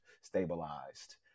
stabilized